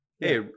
Hey